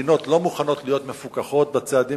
מדינות לא מוכנות להיות מפוקחות בצעדים